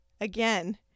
again